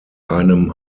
einem